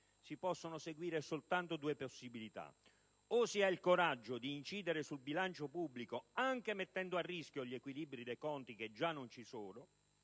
si possono seguire soltanto due possibilità. O si ha il coraggio di incidere sul bilancio pubblico, anche mettendo a rischio gli equilibri dei conti che già non vi sono,